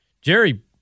Jerry